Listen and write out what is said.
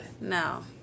No